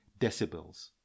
decibels